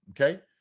Okay